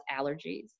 allergies